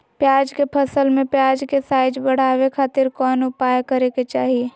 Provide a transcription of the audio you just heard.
प्याज के फसल में प्याज के साइज बढ़ावे खातिर कौन उपाय करे के चाही?